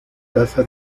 casa